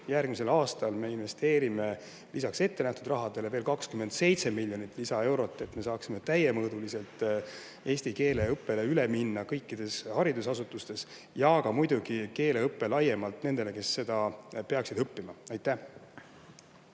Järgmisel aastal me investeerime lisaks ettenähtud rahale veel 27 miljonit lisaeurot, et me saaksime täiemõõduliselt eestikeelsele õppele üle minna kõikides haridusasutustes. Ja muidugi on [tähtis] ka keeleõpe laiemalt nendele, kes seda peaksid õppima. Aitäh!